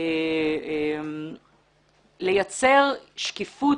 לייצר שקיפות,